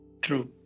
True